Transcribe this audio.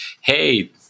hey